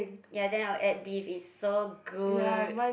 ya then I'll add beef is so good